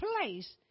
place